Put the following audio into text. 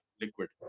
liquid